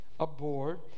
Aboard